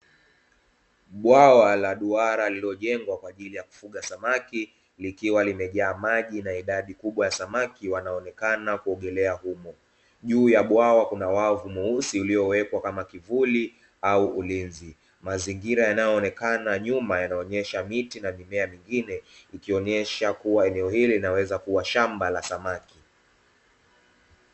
Bwawa la duara lililojengwa kwa ajili ya kufuga samaki, likiwa limejaa maji na idadi kubwa ya samaki wanaonekana wakiogelea humo. Juu ya bwawa kuna wavu mweusi ulio wekwa kama kivuli au ulinzi, mazingira yanayoonekana nyuma yanaonyesha miti na mimea mengine, ikionyesha kuwa eneo hili yaweza kuwa shamba la samaki.